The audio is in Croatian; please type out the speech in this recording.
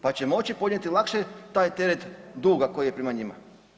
Pa će moći podnijeti lakše taj teret duga koji je prema njima.